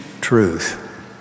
truth